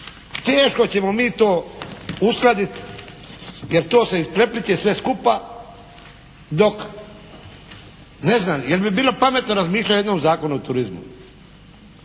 teško ćemo mi to uskladit jer to se isprepliće sve skupa dok ne znam, jel' bi bilo pametno razmišljati o jednom Zakonu o turizmu?